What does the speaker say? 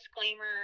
disclaimer